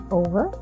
over